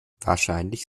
wahrscheinlich